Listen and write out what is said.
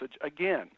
again